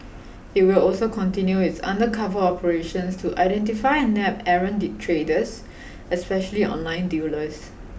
it will also continue its undercover operations to identify and nab errant traders especially online dealers